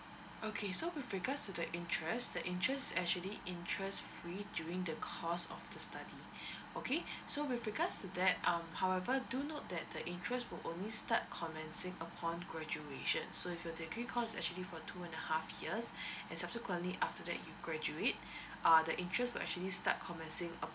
okay so with regards to the intereste the interest actually interest free during the course of the study okay so with regards to that um however do note that the interest will only start commencing upon graduation so if your degree course is actually for two and half years and subsequently after that you graduate uh the interest will actually start commencing upon